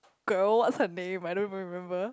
girl what's her name I don't even remember